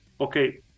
okay